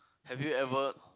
have you ever